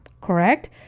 correct